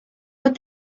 but